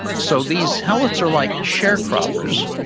so these helots or like sharecroppers,